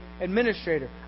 administrator